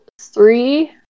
three